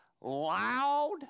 loud